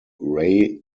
ray